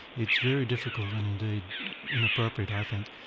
it's very difficult and indeed inappropriate i think,